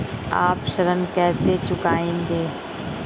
आप ऋण कैसे चुकाएंगे?